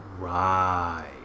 right